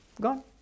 gone